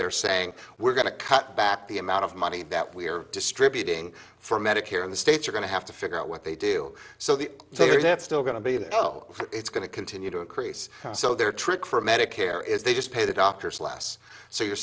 they're saying we're going to cut back the amount of money that we are distributing for medicare in the states are going to have to figure out what they do so the take it's still going to be you know it's going to continue to increase so there trick for medicare is they just pay the doctors less so you're